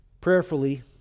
Prayerfully